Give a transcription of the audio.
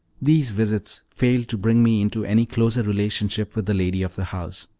these visits failed to bring me into any closer relationship with the lady of the house.